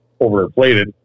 overinflated